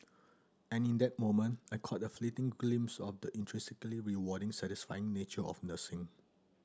and in that moment I caught a fleeting glimpse of the intrinsically rewarding satisfying nature of nursing